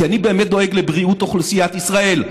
כי אני באמת דואג לבריאות אוכלוסיית ישראל,